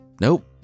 Nope